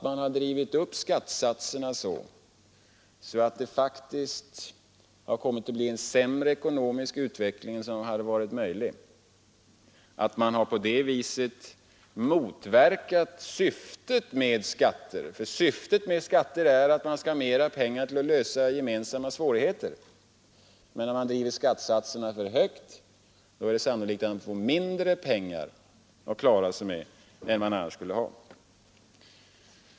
Man har drivit upp skattesatserna så, att den ekonomiska utvecklingen faktiskt har blivit sämre än den hade behövt bli. Man har på det sättet motverkat syftet med skatter. För syftet med skatter är ju att man skall ha pengar för att lösa gemensamma svårigheter. Men om man driver upp skattesatserna för högt, är det sannolikt att man får mindre pengar att klara sig med än man annars skulle ha.